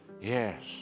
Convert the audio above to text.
Yes